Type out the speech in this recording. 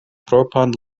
propran